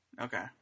Okay